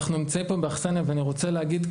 אנחנו נמצאים פה באכסנייה ואני רוצה להגיד,